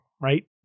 right